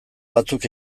batzuk